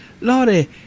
Lordy